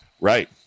Right